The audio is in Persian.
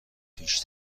پیش